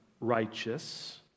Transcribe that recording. righteous